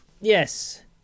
Yes